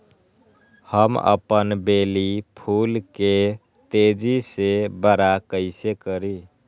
हम अपन बेली फुल के तेज़ी से बरा कईसे करी?